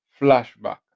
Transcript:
flashback